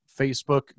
facebook